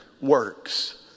works